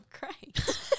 great